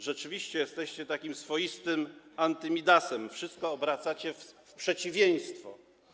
Rzeczywiście jesteście takim swoistym anty-Midasem, wszystko obracacie w przeciwieństwo.